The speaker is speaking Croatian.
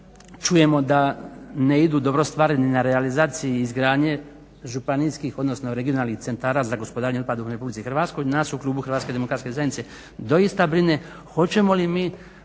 čujemo da ne idu dobro stvari ni na realizaciji izgradnje županijskih, odnosno regionalnih centara za gospodarenje otpadom u RH nas u klubu HDZ-a doista brine hoćemo li mi